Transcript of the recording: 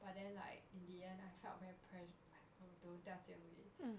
but then like in the end I felt very pressu~ ah don~ don't tell jian wei